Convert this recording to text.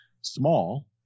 small